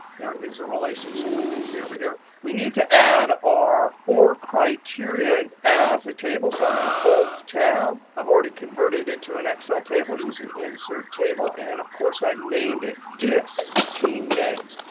there is a relationship we can see over here. we need to add our or criteria and as a table. so i'm going to alt-tab. i've already converted it to an excel table using insert table. and of course, i've named it, dis team names.